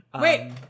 Wait